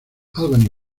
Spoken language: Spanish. albany